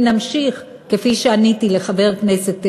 אם נמשיך, כפי שעניתי לחבר הכנסת שמולי,